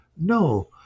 no